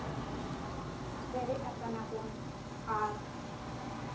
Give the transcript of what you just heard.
ᱯᱮᱨᱮᱡ ᱠᱟᱱᱟ ᱵᱚᱱ ᱟᱨ